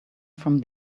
from